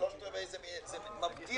הישיבה ננעלה בשעה 13:08.